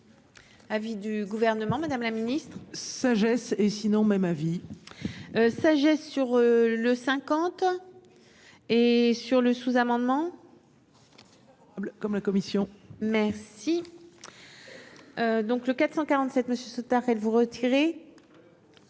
à du gouvernement, Madame la Ministre, sagesse et sinon même avis. Sagesse sur le cinquante et sur le sous-amendement. Comme la commission. Merci donc le 447 Monsieur soutar elle vous retirer.